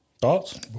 Thoughts